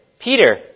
Peter